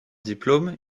diplôme